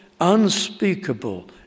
unspeakable